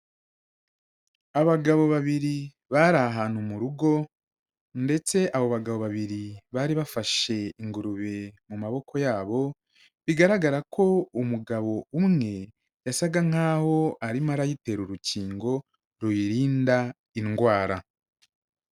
Abagabo babiri bari ahantu murugo ndetse abo bagabo babiri bari bafashe ingurube mu maboko yabo, bigaragara ko umugabo umwe yasaga nk'aho arimo arayitera urukingo ruyirinda indwara.